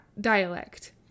dialect